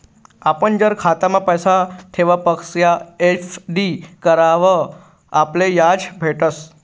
आपण जर खातामा पैसा ठेवापक्सा एफ.डी करावर आपले याज भेटस